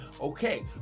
okay